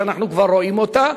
שאנחנו כבר רואים אותה,